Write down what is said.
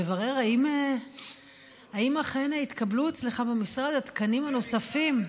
לברר אם אכן התקבלו אצלך במשרד התקנים הנוספים.